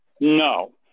No